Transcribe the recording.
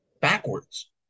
backwards